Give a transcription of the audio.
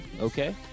okay